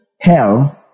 hell